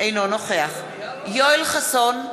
אינו נוכח יואל חסון,